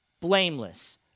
blameless